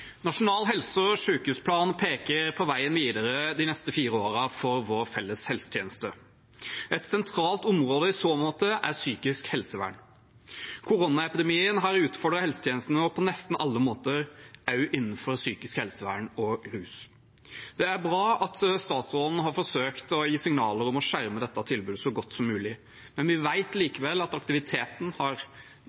måte er psykisk helsevern. Koronaepidemien har utfordret helsetjenesten vår på nesten alle måter, også innenfor psykisk helsevern og rus. Det er bra at statsråden har forsøkt å gi signaler om å skjerme dette tilbudet så godt som mulig, men vi vet likevel at aktiviteten har